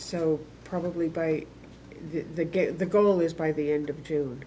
so probably by the gate the goal is by the end of june